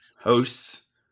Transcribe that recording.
Hosts